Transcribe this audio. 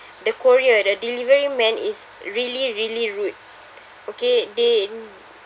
the courier the delivery man is really really rude okay they